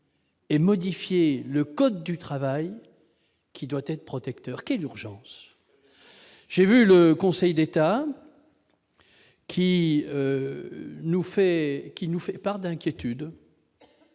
et modifier le code du travail, qui doit être protecteur ? Quelle urgence ? J'ai vu que le Conseil d'État nous faisait part d'inquiétudes.